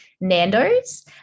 Nando's